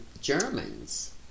Germans